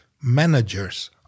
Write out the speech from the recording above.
managers